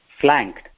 flanked